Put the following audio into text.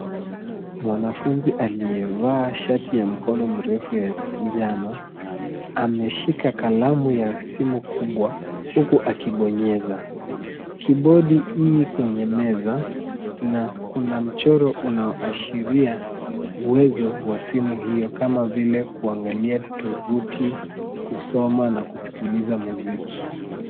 Mwanafunzi aliyevaa shati ya mkono mrefu ya njano, ameshika kalamu ya simu kubwa huku akibonyeza. Kibodi hii kwenye meza, na kuna mchoro unaoashiria uwezo wa simu hiyo, kama vile kuangalia tovuti, kusoma na kusikiliza muziki.